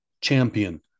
champion